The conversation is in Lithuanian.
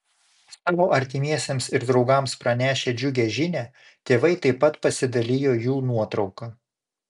savo artimiesiems ir draugams pranešę džiugią žinią tėvai taip pat pasidalijo jų nuotrauka